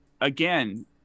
again